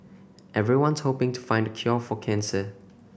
everyone's hoping to find the cure for cancer